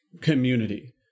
community